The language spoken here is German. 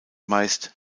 meist